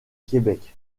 québec